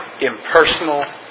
impersonal